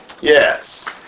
Yes